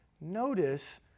notice